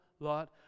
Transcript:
lot